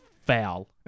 foul